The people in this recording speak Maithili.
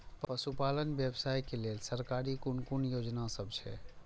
पशु पालन व्यवसाय के लेल सरकारी कुन कुन योजना सब छै?